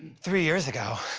three years ago,